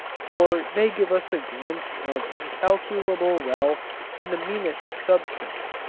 for they give us a glimpse of incalculable wealth in the meanest substance.